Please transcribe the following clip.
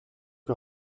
que